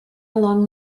along